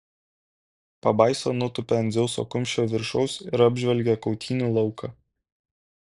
pabaisa nutūpė ant dzeuso kumščio viršaus ir apžvelgė kautynių lauką